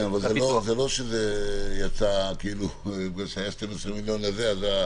אבל זה לא שבגלל שהיה 12 מיליון לזה אז זאת התחזוקה.